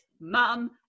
mum